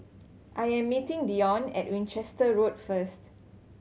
I am meeting Dione at Winchester Road first